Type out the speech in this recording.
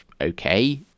okay